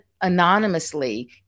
anonymously